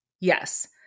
Yes